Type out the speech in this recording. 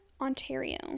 Ontario